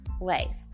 life